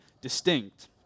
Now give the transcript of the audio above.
distinct